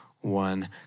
one